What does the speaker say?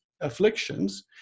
afflictions